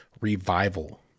revival